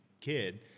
kid